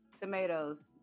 Tomatoes